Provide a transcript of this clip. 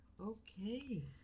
Okay